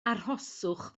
arhoswch